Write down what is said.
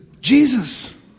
Jesus